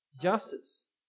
justice